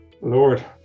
Lord